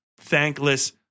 thankless